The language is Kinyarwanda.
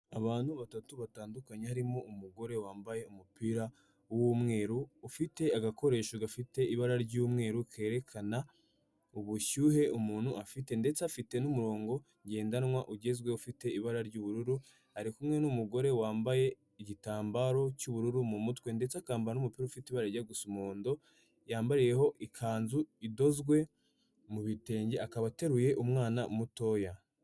Abantu batatu batandukanye, harimo umugore wambaye umupira w'umweru, ufite agakoresho gafite ibara ry'umweru kerekana ubushyuhe umuntu afite ndetse afite n'umurongo ngendanwa ugezweho ufite ibara ry'ubururu, ari kumwe n'umugore wambaye igitambaro cy'ubururu mu mutwe ndetse akambara n'umupira ufite ibara rijya gusa umuhondo, yambariyeho ikanzu idozwe mu bitenge, akaba ateruye umwana mutoya.